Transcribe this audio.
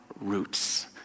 roots